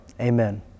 amen